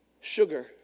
sugar